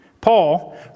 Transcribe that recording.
Paul